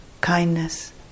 kindness